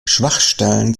schwachstellen